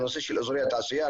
הנושא של אזורי התעשייה.